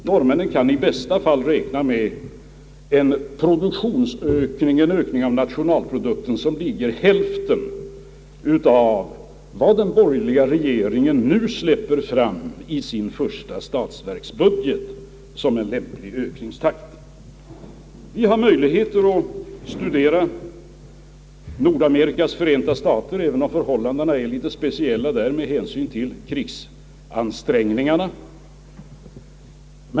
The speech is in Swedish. Norrmännen kan i bästa fall räkna med en ökning av nationalprodukten, som ligger vid hälften av vad den borgerliga regeringen i sin första statsbudget anger som en lämplig ökningstakt för statens verksamhet. Vi har möjlighet att studera Amerikas förenta stater, även om förhållandena där är litet speciella med hänsyn till krigsansträngningarna.